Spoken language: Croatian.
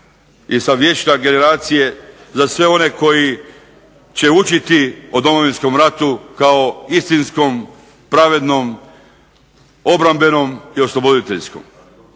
se./… vječne generacije, za sve one koji će učiti o Domovinskom ratu kao istinskom, pravednom, obrambenom i osloboditeljskom.